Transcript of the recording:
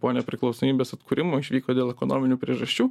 po nepriklausomybės atkūrimo išvyko dėl ekonominių priežasčių